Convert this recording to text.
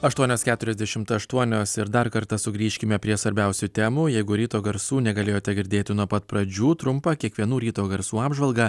aštuonios keturiasdešimt aštuonios ir dar kartą sugrįžkime prie svarbiausių temų jeigu ryto garsų negalėjote girdėti nuo pat pradžių trumpą kiekvienų ryto garsų apžvalgą